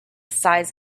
size